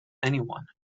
anyone